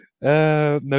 no